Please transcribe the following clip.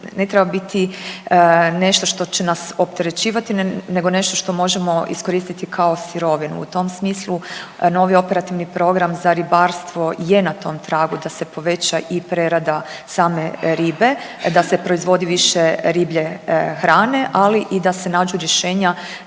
ne treba biti nešto što će nas opterećivati nego nešto što možemo iskoristiti kao sirovinu. U tom smislu novi operativni program za ribarstvo je na tom tragu da se poveća i prerada same ribe, da se proizvodi više riblje hrane, ali i da se nađu rješenja